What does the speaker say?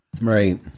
Right